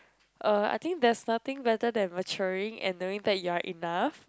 uh I think there's nothing better than maturing and knowing that you are enough